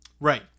Right